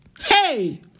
hey